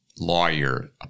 lawyer